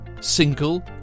single